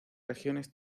regiones